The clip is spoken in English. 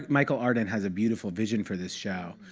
michael arden has a beautiful vision for this show.